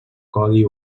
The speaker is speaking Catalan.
codi